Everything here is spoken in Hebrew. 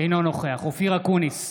אינו נוכח אופיר אקוניס,